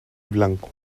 blanco